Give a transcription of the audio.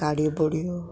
काड्यो बोड्यो